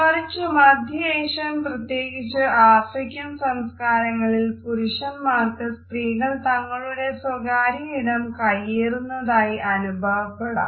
മറിച്ച് മധ്യഏഷ്യൻ പ്രത്യേകിച്ച് ആഫ്രിക്കൻ സംസ്കാരങ്ങളിൽ പുരുഷന്മാർക്കു സ്ത്രീകൾ തങ്ങളുടെ സ്വകാര്യ ഇടം കയ്യേറുന്നതായി അനുഭവപ്പെടാം